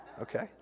Okay